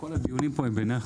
כל הדיונים פה הם בנחת.